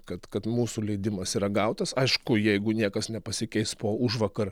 kad kad mūsų leidimas yra gautas aišku jeigu niekas nepasikeis po užvakar